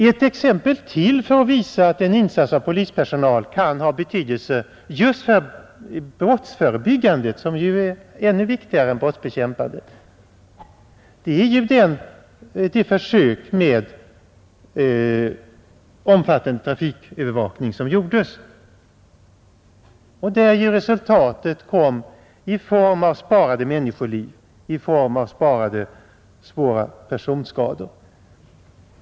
Ett exempel till som visar att en insats i polispersonal kan ha betydelse just för brottsförebyggandet, som kanske är ännu viktigare än brottsbekämpandet, är de försök med omfattande trafikövervakning som gjordes och där resultatet kom i form av sparade människoliv, i form av sparade svåra personskador.